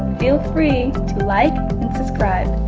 feel free to like and subscribe.